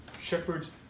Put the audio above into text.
shepherds